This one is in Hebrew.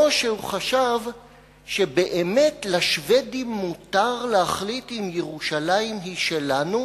או שהוא חשב שבאמת לשבדים מותר להחליט אם ירושלים היא שלנו